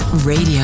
Radio